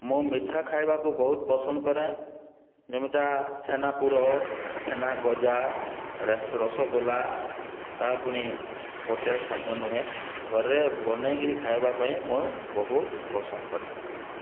ମୁଁ ମିଠା ଖାଇବାକୁ ବହୁତ ପସନ୍ଦ କରେ ଯେମିଟା ଛେନାପୋଡ଼ ଛେନାଗଜା ରସଗୋଲା ତା' ପୁଣି ହୋଟେଲ ଖାଦ୍ୟ ନୁହେଁ ଘରେ ବନେଇକରି ଖାଇବା ପାଇଁ ମୁଁ ବହୁତ ପସନ୍ଦ କରେ